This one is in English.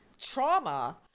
trauma